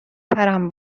پرم